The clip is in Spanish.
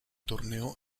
torneo